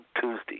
Tuesday